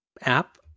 app